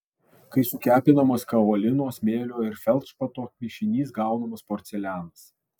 kai sukepinamas kaolino smėlio ir feldšpato mišinys gaunamas porcelianas